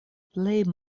plej